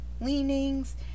leanings